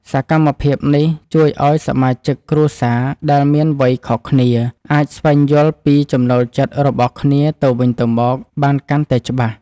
សកម្មភាពនេះជួយឱ្យសមាជិកគ្រួសារដែលមានវ័យខុសគ្នាអាចស្វែងយល់ពីចំណូលចិត្តរបស់គ្នាទៅវិញទៅមកបានកាន់តែច្បាស់។